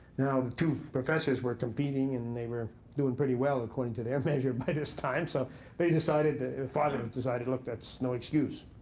now the two professors were competing, and they were doing pretty well according to their measure by this time. so they decided the father decided, look, that's no excuse.